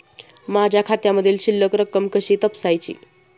माझ्या खात्यामधील शिल्लक रक्कम कशी तपासायची?